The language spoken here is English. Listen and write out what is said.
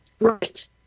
Right